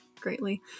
greatly